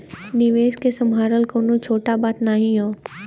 निवेस के सम्हारल कउनो छोट बात नाही हौ